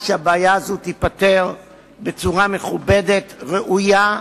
כדי שהבעיה הזאת תיפתר בצורה מכובדת, ראויה,